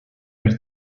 per